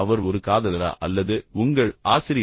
அவர் ஒரு காதலரா அல்லது உங்கள் ஆசிரியரா